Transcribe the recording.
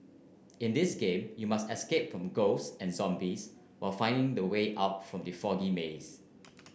in this game you must escape from ghosts and zombies while finding the way out from the foggy maze